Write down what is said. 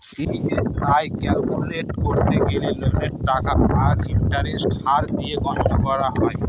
EMI calculate করতে গেলে লোনের টাকা আর ইন্টারেস্টের হার দিয়ে গণনা করতে হয়